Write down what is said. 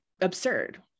absurd